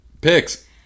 Picks